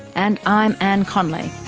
and i'm anne connolly